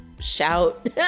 shout